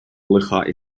лиха